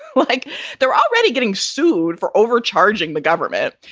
well, i think they're already getting sued for overcharging the government.